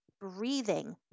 breathing